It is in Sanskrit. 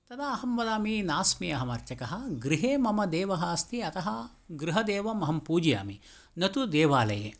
तदाहं वदामि नास्मि अहम् अर्चकः गृहे मम देवः अस्ति अतः गृहदेवम् अहं पूजयामि न तु देवालये